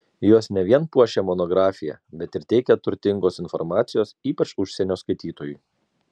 jos ne vien puošia monografiją bet ir teikia turtingos informacijos ypač užsienio skaitytojui